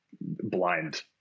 blind